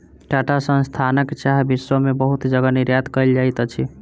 टाटा संस्थानक चाह विश्व में बहुत जगह निर्यात कयल जाइत अछि